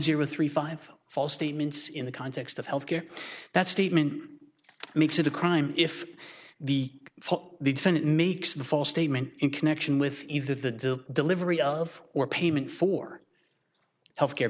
zero three five false statements in the context of health care that statement makes it a crime if the for the makes the false statement in connection with either the delivery of or payment for health care